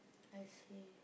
I see